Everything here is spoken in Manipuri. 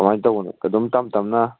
ꯀꯃꯥꯏꯅ ꯇꯧꯕꯅꯣ ꯑꯗꯨꯝ ꯇꯞꯅ ꯇꯞꯅ